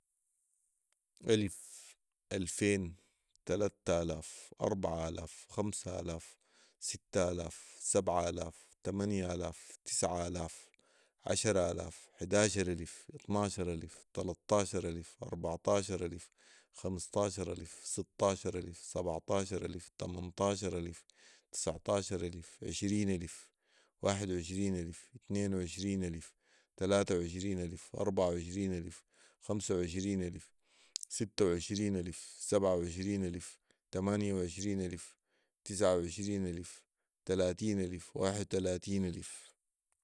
الف ، الفين ، تلاته آلاف ، اربعه آلاف ، خمسه آلاف ، سته آلاف ، سبعه آلاف ، تمانيه آلاف ، تسعه آلاف ، عشره آلاف ، حداشر الف ، اطناشر الف ، تلاطاشر الف ، اربعطاشرالف ، خمسطاشر الف ، سطاشر الف ،سبعطاشر الف ، تمنطاشر الف ، تسعطاشر الف ، عشرين الف ، واحد وعشرين الف ، اتنين وعشرين الف ، تلاته وعشرين الف ، اربعه وعشرين الف ، خمسه وعشرين الف ، سته وعشرين الف ، سبعه وعشرين الف ، تمانيه وعشرين الف ، تسعه وعشرين الف ، تلاتين الف ، واحد وتلاتينن الف